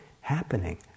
happening